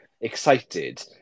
excited